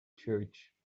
church